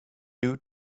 due